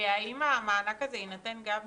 האם המענק הזה יינתן גם לילדים?